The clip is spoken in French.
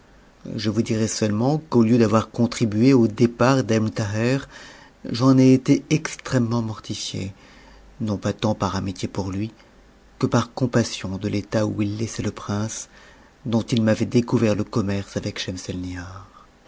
je vous dirai seulement qu'au lieu d'avoir contribué au départ d'ebn thaher j'en ai été extrêmement mortifié non pas tant par amitié pour lui que par compassion de l'état où il laissait le prince dont il m'avait découvert le commerce avec